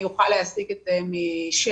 אני אוכל להשיג את זה משלי,